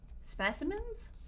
specimens